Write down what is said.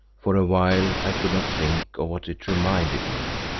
for a while i could not think of what it reminded me,